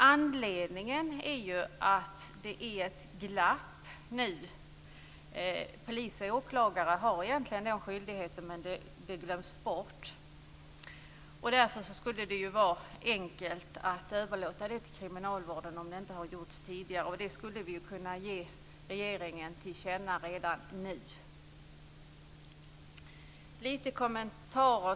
Anledningen är att det nu är ett glapp. Polis och åklagare har egentligen skyldighet att göra anmälan, men det glöms bort. Därför skulle det vara enkelt att överlåta det till kriminalvården, om anmälan inte har gjorts tidigare. Detta skulle vi kunna ge regeringen till känna redan nu.